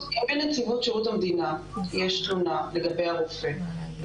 אם בנציבות שירות המדינה יש תלונה לגבי הרופא,